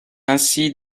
ainsi